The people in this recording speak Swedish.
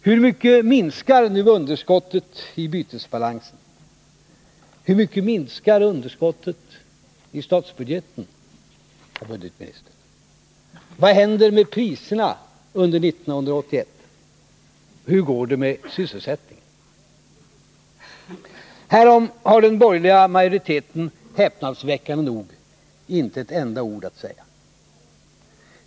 Hur mycket minskar nu underskottet i bytesbalansen? Hur mycket minskar underskottet i statsbudgeten, budgetministern? Vad händer med priserna under 1981? Hur går det med sysselsättningen? Härom har den borgerliga majoriteten häpnadsväckande nog inte ett enda ord att säga.